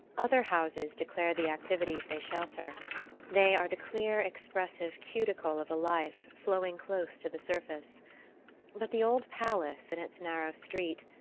other houses declare the activities they shelter they are the clear expressive cuticle of a life flowing close to the surface but the old palace in its narrow street,